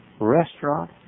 restaurant